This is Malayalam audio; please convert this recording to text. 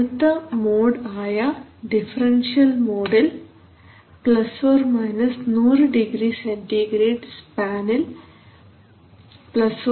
അടുത്ത മോഡ് ആയ ഡിഫറൻഷ്യൽ മോഡിൽ ± 100 ഡിഗ്രി സെൻറിഗ്രേഡ് സ്പാനിൽ ± 0